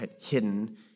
hidden